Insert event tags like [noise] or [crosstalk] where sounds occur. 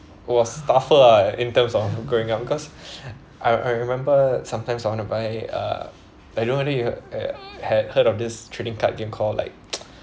was tougher ah in terms of growing up because I I remember sometimes I want to buy uh I don't know whether you ha~ uh had heard of this trading card game called like [noise]